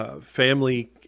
family